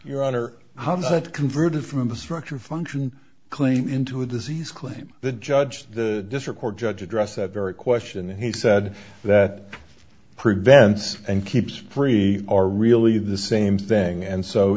your honor how that converted from the structure function claim into a disease claim the judge the district court judge address that very question he said that prevents and keeps free are really the same thing and so